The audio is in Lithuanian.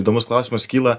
įdomus klausimas kyla